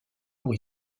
pour